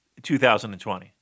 2020